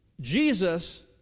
Jesus